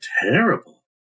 terrible